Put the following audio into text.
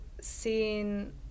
seen